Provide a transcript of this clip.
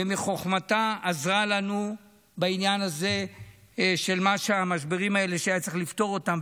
ומחוכמתה עזרה לנו בעניין הזה של המשברים האלה שהיה צריך לפתור אותם,